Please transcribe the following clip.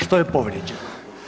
Što je povrijeđeno?